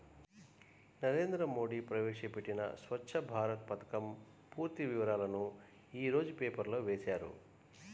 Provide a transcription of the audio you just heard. నరేంద్ర మోడీ ప్రవేశపెట్టిన స్వఛ్చ భారత్ పథకం పూర్తి వివరాలను యీ రోజు పేపర్లో వేశారు